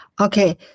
Okay